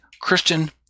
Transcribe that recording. Christian